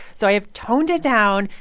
so i have toned it down,